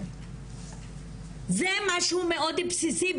זה משהו מאוד בסיסי,